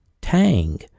Tang